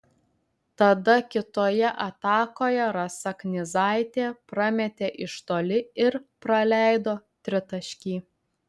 tada kitoje atakoje rasa knyzaitė prametė iš toli ir praleido tritaškį